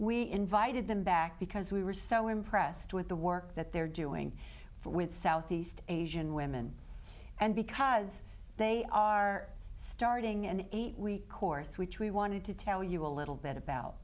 we invited them back because we were so impressed with the work that they're doing with southeast asian women and because they are starting and course which we wanted to tell you a little bit about